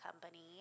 company